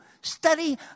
Study